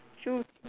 shoe